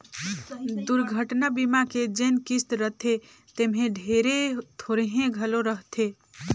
दुरघटना बीमा के जेन किस्त रथे तेम्हे ढेरे थोरहें घलो रहथे